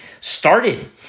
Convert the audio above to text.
started